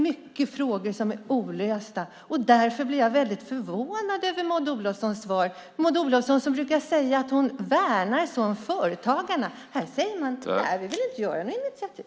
Många frågor är olösta. Därför blev jag förvånad över Maud Olofssons svar. Maud Olofsson brukar säga att hon värnar företagarna. I svaret sade hon att hon inte vill ta några initiativ.